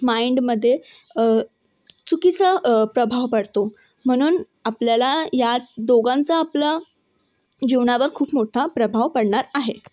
माईंडमध्ये चुकीचा प्रभाव पडतो म्हणून आपल्याला या दोघांचा आपला जीवनावर खूप मोठा प्रभाव पडणार आहे